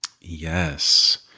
Yes